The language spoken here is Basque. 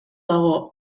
dago